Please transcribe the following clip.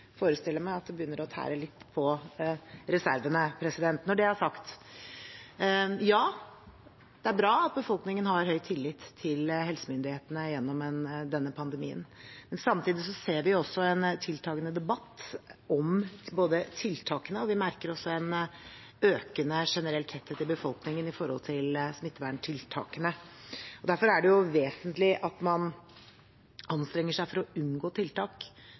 meg at det begynner å tære litt på reservene. Når det er sagt: Ja, det er bra at befolkningen har høy tillit til helsemyndighetene gjennom denne pandemien, men samtidig ser vi en tiltagende debatt om tiltakene. Vi merker også en økende generell tretthet i befolkningen når det gjelder smitteverntiltakene. Derfor er det vesentlig at man anstrenger seg for å unngå tiltak